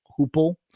Hoople